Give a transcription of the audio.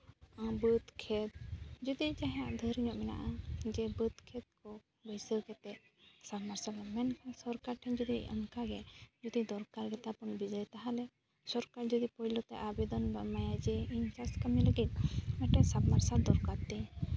ᱵᱟᱹᱫᱽ ᱠᱷᱮᱛ ᱡᱩᱫᱤ ᱡᱟᱦᱟᱸᱭᱟᱜ ᱰᱷᱮᱨ ᱧᱚᱜ ᱢᱮᱱᱟᱜᱼᱟ ᱡᱮ ᱵᱟᱹᱫᱽ ᱠᱷᱮᱛ ᱠᱚ ᱵᱟᱹᱭᱥᱟᱹᱣ ᱠᱟᱛᱮ ᱥᱚᱨᱠᱟᱨ ᱴᱷᱮᱱ ᱡᱩᱫᱤ ᱚᱱᱠᱟᱜᱮ ᱫᱚᱨᱠᱟᱨ ᱜᱮᱛᱟᱵᱚᱱ ᱵᱮᱡᱟᱭ ᱛᱟᱦᱚᱞᱮ ᱥᱚᱨᱠᱟᱨ ᱡᱩᱫᱤ ᱯᱩᱭᱞᱩ ᱛᱮ ᱟᱵᱮᱫᱚᱱ ᱵᱚᱱ ᱮᱢᱟᱭᱟ ᱡᱮ ᱤᱧ ᱪᱟᱥ ᱠᱟᱹᱢᱤ ᱞᱟᱹᱜᱤᱫ ᱢᱤᱫᱴᱟᱝ ᱥᱟᱵᱢᱟᱨᱥᱟᱞ ᱫᱚᱨᱠᱟᱨ ᱛᱤᱧ